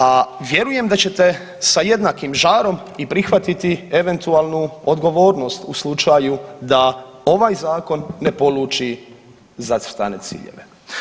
A vjerujem da ćete sa jednakim žarom i prihvatiti eventualnu odgovornost u slučaju da ovaj Zakon ne poluči zacrtane ciljeve.